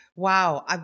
Wow